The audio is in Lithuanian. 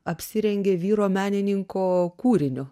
apsirengę vyro menininko kūriniu